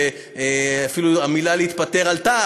ואפילו המילה "להתפטר" עלתה,